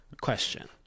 question